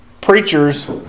preachers